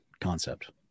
concept